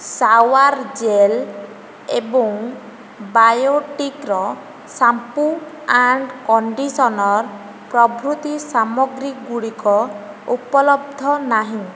shower gel ଏବଂ ବାୟୋଟିକ୍ର shampoo and conditioner ପ୍ରଭୃତି ସାମଗ୍ରୀଗୁଡ଼ିକ ଉପଲବ୍ଧ ନାହିଁ